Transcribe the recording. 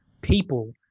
People